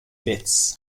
bits